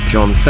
John